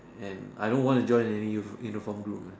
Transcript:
and I don't want to join any Uni uniform group leh